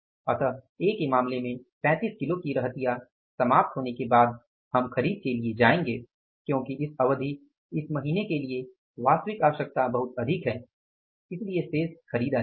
इसलिए ए के मामले में 35 किलो की रहतिया समाप्त होने के बाद हम खरीद के लिए जाएंगे क्योंकि इस अवधि इस महीने के लिए वास्तविक आवश्यकता बहुत अधिक है इसलिए शेष खरीदा जाएगा